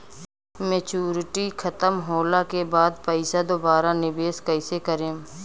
Maturity खतम होला के बाद पईसा दोबारा निवेश कइसे करेम?